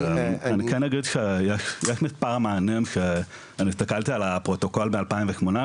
אני כן אגיד שיש מספר מענים שאני הסתכלתי על הפרוטוקול ב-2018,